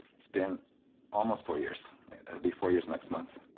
it's been almost four years. it'll be four years next month.